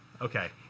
Okay